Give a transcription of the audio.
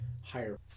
higher